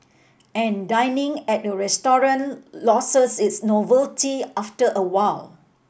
and dining at a restaurant loses its novelty after a while